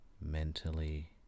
mentally